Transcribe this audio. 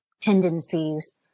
tendencies